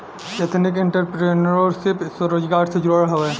ethnic entrepreneurship स्वरोजगार से जुड़ल हवे